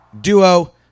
duo